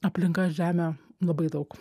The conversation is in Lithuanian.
aplinka žemė labai daug